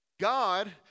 God